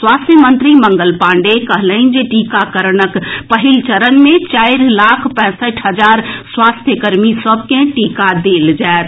स्वास्थ्य मंत्री मंगल पांडेय कहलनि जे टीकाकरणक पहिल चरण मे चारि लाख पैंसठि हजार स्वास्थ्यकर्मी सभ के टीका देल जाएत